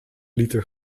liter